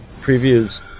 previews